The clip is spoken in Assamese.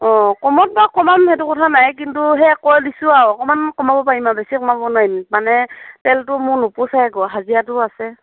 অ কমোৱাত বাৰু কমাম সেইটো কথা নাই কিন্তু সেয়া কৈ দিছোঁ আৰু অকণমান কমাব পাৰিম আৰু বেছি কমাব নোৱাৰিম মানে তেলটো মোৰ নোপোচায়গৈ হাজিৰাটোও আছে